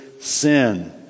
sin